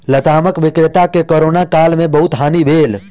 लतामक विक्रेता के कोरोना काल में बहुत हानि भेल